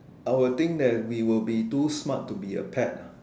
I would think that we will be too smart to be a pet ah